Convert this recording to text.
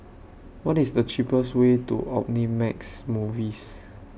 What IS The cheapest Way to Omnimax Movies